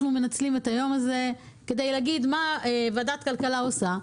אנחנו מנצלים את היום הזה כדי להגיד מה עושה ועדת הכלכלה,